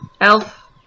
elf